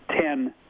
ten